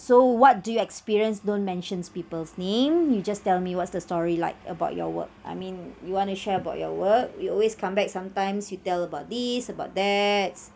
so what do you experience don't mentions people's name you just tell me what's the story like about your work I mean you want to share about your work you always come back sometimes you tell about this about that